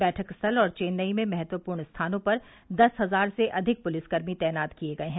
बैठक स्थल और चेन्नई में महत्वपूर्ण स्थानों पर दस हजार से अधिक पुलिसकर्मी तैनात किये गये हैं